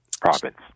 province